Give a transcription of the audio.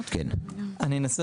אני רוצה